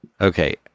Okay